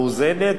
מאוזנת,